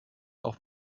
auf